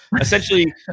essentially